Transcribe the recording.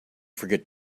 forget